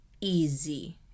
easy